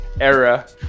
era